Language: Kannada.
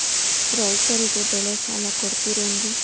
ರೈತರಿಗೆ ಬೆಳೆ ಸಾಲ ಕೊಡ್ತಿರೇನ್ರಿ?